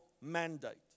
mandate